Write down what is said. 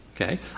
Okay